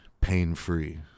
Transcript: pain-free